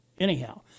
Anyhow